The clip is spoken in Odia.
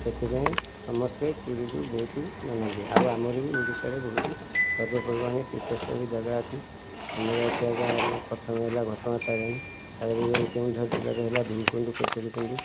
ସେଥିପାଇଁ ସମସ୍ତେ ପୁରୀକୁ ବହୁତ ମାନନ୍ତି ଆଉ ଆମର ବି ଓଡ଼ିଶାରେ ବହୁତ ପର୍ବପର୍ବାଣି ତୀର୍ଥସ୍ଥଳୀ ଜାଗା ଅଛି ଆମର ଅଛି ଆଜ୍ଞା ଆମେ ପ୍ରଥମେ ହେଲା ଘଟଗାଁ ତାରଣୀ କେଉଁଝର ଜିଲ୍ଲାର ହେଲା ଭୀମକୁଣ୍ଡ କେଶରୀକୁଣ୍ଡ